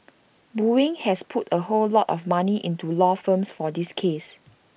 boeing has put A whole lot of money into law firms for this case